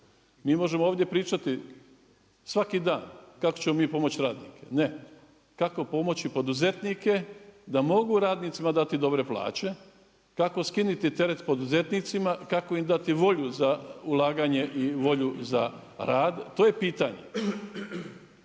Mi možemo ovdje pričati svaki dan kako ćemo mi pomoći radnicima, ne, kako pomoći poduzetnike da mogu radnicima dati dobre plaće, kako skinuti teret poduzetnicima i kako im dati volju za ulaganje i volju za rad, to je pitanje.